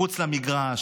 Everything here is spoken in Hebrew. מחוץ למגרש,